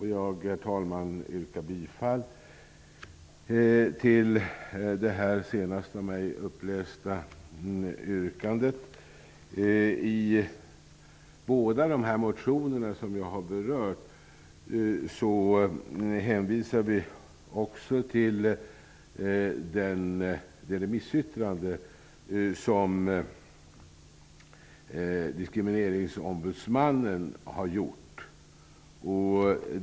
Herr talman! Jag yrkar bifall till det av mig upplästa yrkandet. I båda de motioner som jag har berört hänvisar vi också till det remissyttrande som diskrimineringsombudsmannen har gjort.